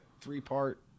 three-part